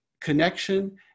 connection